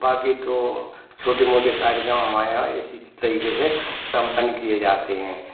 बाकी तो छोटी मोटे कार्यक्रम हमारे यहाँ इसी तरीके से संपन्न किए जाते हैं